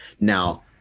Now